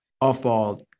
Off-ball